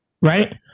right